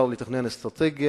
לתכנן אסטרטגיה.